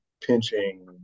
pinching